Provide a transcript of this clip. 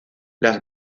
las